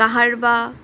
Kaharwa